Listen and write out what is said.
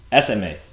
SMA